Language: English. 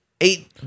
eight